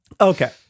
Okay